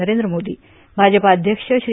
नरेंद्र मोदी भाजपा अध्यक्ष श्री